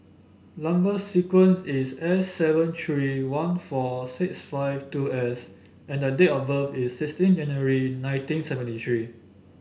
number sequence is S seven three one four six five two S and the date of birth is sixteen January nineteen seventy three